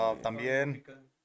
también